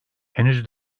henüz